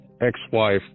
ex-wife